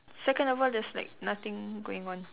second of all there's like nothing going on